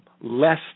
less